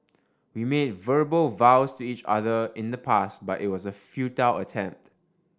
we made verbal vows to each other in the past but it was a futile attempt